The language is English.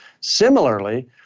Similarly